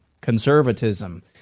conservatism